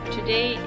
Today